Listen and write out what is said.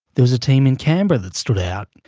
there was a team in canberra that stood out,